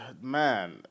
Man